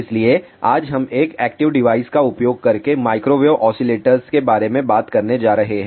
इसलिए आज हम एक एक्टिव डिवाइस का उपयोग करके माइक्रोवेव ऑसिलेटर्स के बारे में बात करने जा रहे हैं